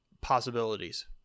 possibilities